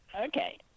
okay